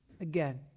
again